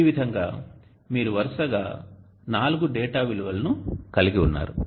ఈ విధంగా మీరు వరుసగా నాలుగు డేటా విలువలను కలిగి ఉన్నారు